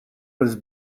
was